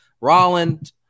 Rolland